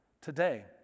Today